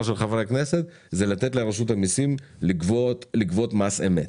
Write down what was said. של חברי הכנסת זה לתת לרשות המיסים לגבות מס אמת.